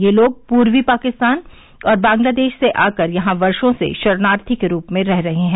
ये लोग पूर्वी पाकिस्तान और बांग्लादेश से आकर यहां वर्षो से शरणार्थी के रूप में रह रहे हैं